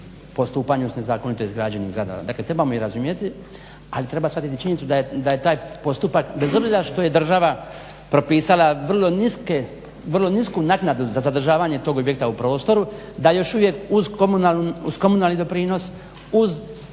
postupanju s nezakonito izgrađenim zgradama. Dakako trebamo razumjeti ali treba shvatiti činjenicu da je taj postupak bez obzira što je država pisala vrlo nisku naknadu za zadržavanje tog objekta u prostoru, da još uvijek uz komunalni doprinos uz